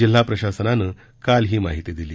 जिल्हा प्रशासनाने काल ही माहिती दिली